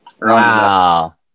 Wow